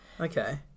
Okay